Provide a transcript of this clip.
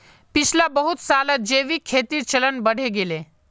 पिछला बहुत सालत जैविक खेतीर चलन बढ़े गेले